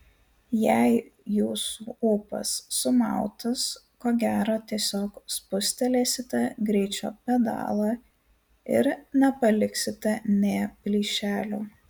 jei jūsų ūpas sumautas ko gero tiesiog spustelėsite greičio pedalą ir nepaliksite nė plyšelio